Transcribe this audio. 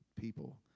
people